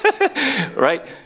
Right